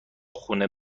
خونه